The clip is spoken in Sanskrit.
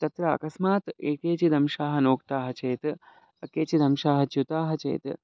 तत्र अकस्मात् एकेचिदंशाः नोक्ताः चेत् केचिद् अंशाः च्युताः चेत्